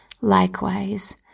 Likewise